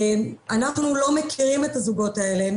אנחנו לא מכירים את הזוגות האלה,